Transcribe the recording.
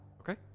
Okay